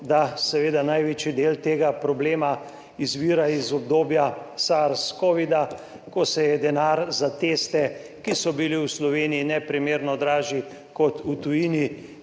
da seveda največji del tega problema izvira iz obdobja SARS-CoV-2, ko se je denar za teste, ki so bili v Sloveniji neprimerno dražji kot v tujini,